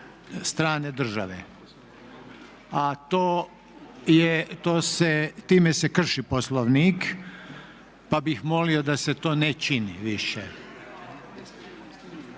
strane države. A to se time krši Poslovnik pa bih molio da se to ne čini više.